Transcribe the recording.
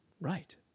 Right